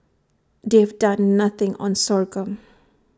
they've done nothing on sorghum